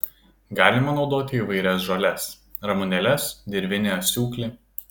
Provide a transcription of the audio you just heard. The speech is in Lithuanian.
galima naudoti įvairias žoles ramunėles dirvinį asiūklį